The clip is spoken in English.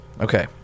Okay